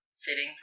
fitting